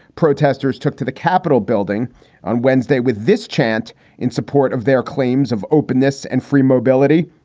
protesters took to the capitol building on wednesday with this chant in support of their claims of openness and free mobility.